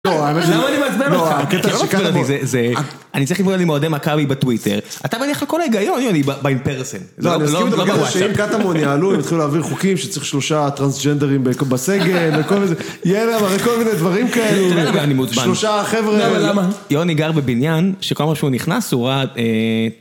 זה למה אני מעצבן אותך. אני צריך לבוא ללימוד מאוהדי מכבי בטוויטר. אתה מניח לכל ההיגיון, יוני, באינפרסם. לא, אני מסכים שאם קטמון יעלו, הם יתחילו להעביר חוקים שצריך שלושה טרנסג'נדרים בסגל, וכל מיני, יאללה, וכל מיני דברים כאלו. שלושה חבר'ה. יוני גר בבניין, שכמה שהוא נכנס,